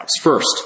First